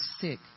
sick